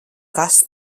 kas